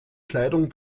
kleidung